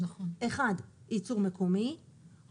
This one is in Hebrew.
ייצור מקומי,